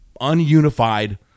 ununified